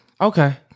Okay